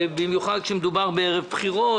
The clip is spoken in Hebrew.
במיוחד כשמדובר בערב בחירות,